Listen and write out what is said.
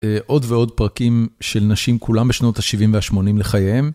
עוד ועוד פרקים של נשים כולם בשנות ה-70 וה-80 לחייהם.